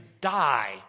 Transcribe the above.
die